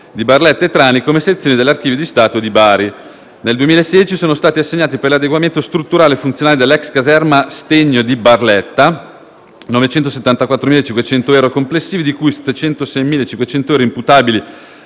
di Barletta e Trani come sezioni dell'Archivio di Stato di Bari. Nel 2016 sono stati assegnati, per l'adeguamento strutturale e funzionale della ex caserma Stennio di Barletta 974.500 euro complessivi di cui 706.500 euro imputabili